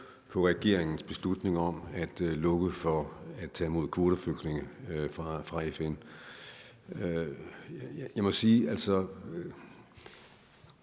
på regeringens beslutning om at lukke for at tage imod kvoteflygtninge fra FN. Jeg må sige, at